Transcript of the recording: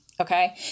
Okay